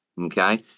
Okay